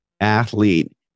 athlete